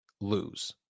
lose